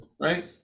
right